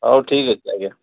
ହଉ ଠିକ୍ ଅଛି ଆଜ୍ଞା